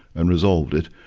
and resolved it.